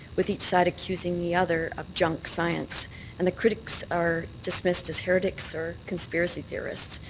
with each side accusing the other of junk science and the critics are dismissed as heretics or conspiracy theorists.